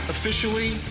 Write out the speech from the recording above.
Officially